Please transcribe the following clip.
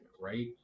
right